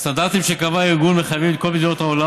הסטנדרטים שקבע הארגון מחייבים את כל מדינות העולם